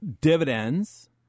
dividends